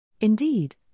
Indeed